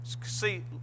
see